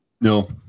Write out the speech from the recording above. No